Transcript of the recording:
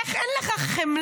איך אין לך חמלה?